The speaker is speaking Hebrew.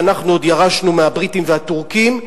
שאנחנו עוד ירשנו מהבריטים והטורקים,